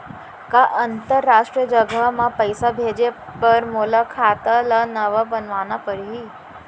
का अंतरराष्ट्रीय जगह म पइसा भेजे बर मोला खाता ल नवा बनवाना पड़ही?